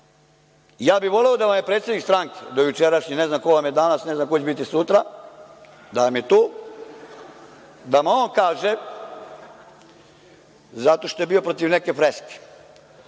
Ja bih voleo da vam je predsednik stranke, dojučerašnji, ne znam ko vam je danas, ne znam ko će biti sutra, da vam je tu, da nam on kaže, zašto je bio protiv neke freske.